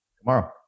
Tomorrow